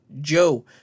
Joe